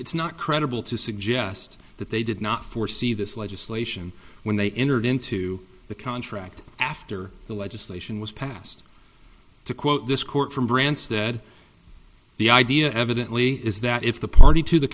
it's not credible to suggest that they did not foresee this legislation when they entered into the contract after the legislation was passed to quote this court from branstad the idea evidently is that if the party to the